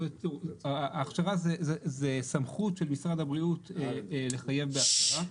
ההכשרה זה סמכות של משרד הבריאות לחייב בהצהרה.